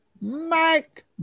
Mike